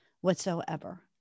whatsoever